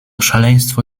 szaleństwo